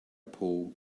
pool